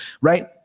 right